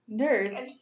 nerds